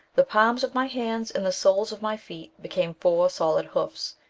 the palms of my hands and the soles of my feet became four solid hoofs,